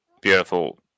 Beautiful